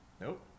Nope